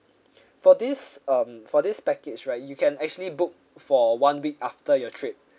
for this um for this package right you can actually book for one week after your trip